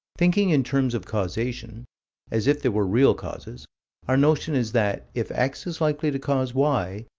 thinking in terms of causation as if there were real causes our notion is that, if x is likely to cause y,